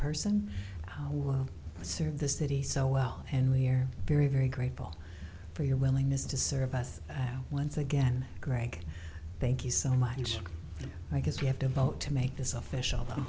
person will serve the city so well and we're very very grateful for your willingness to serve us once again greg thank you so much i guess you have to vote to make this official